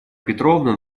петровна